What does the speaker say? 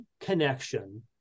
connection